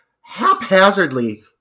haphazardly